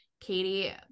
katie